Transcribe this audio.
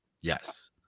yes